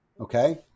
okay